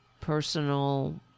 Personal